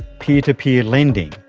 peer to peer lending,